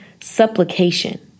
supplication